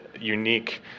unique